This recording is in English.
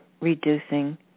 reducing